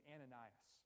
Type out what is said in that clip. Ananias